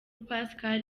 pascal